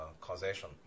causation